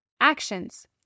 Actions